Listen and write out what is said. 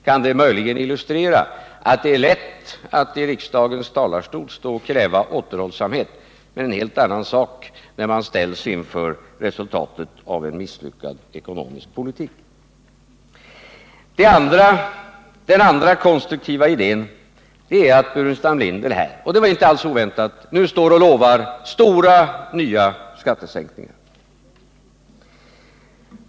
Kan det möjligen illustrera att det är lätt att från riksdagens talarstol stå och kräva återhållsamhet och en helt annan sak att ställas inför resultatet av en misslyckad ekonomisk politik? Den andra konstruktiva idén är att Burenstam Linder nu — och det var inte alls oväntat — står och lovar stora, nya skattesänkningar.